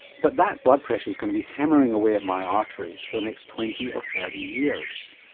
but that blood pressure is going to be hammering away at my arteries for the next twenty or thirty years.